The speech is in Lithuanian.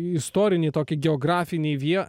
istorinį tokį geografinį vie